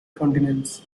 continents